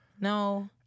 No